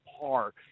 par